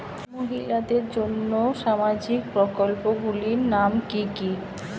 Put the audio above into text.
মহিলাদের জন্য সামাজিক প্রকল্প গুলির নাম কি কি?